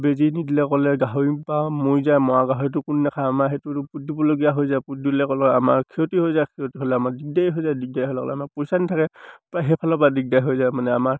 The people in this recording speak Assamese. বেজী নিদিলে ক'লে গাহৰি বা মৰি যায় মৰা গাহৰিটো কোনেও নেখায় আমাৰ সেইটোতো পোতি দিবলগীয়া হৈ যায় পোতি দিলে ক'লেও আমাৰ ক্ষতি হৈ যায় ক্ষতি হ'লে আমাৰ দিগদাৰী হৈ যায় দিগদাৰী হোৱাৰ লগে লগে আমাৰ পইচা নাথাকে বা সেইফালৰপৰা দিগদাৰ হৈ যায় মানে আমাৰ